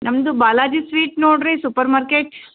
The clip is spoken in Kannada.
ನಮ್ಮದು ಬಾಲಾಜಿ ಸ್ವೀಟ್ ನೋಡಿರಿ ಸೂಪರ್ ಮಾರ್ಕೆಟ್